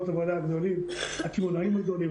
הקמעונאים הגדולים,